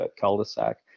cul-de-sac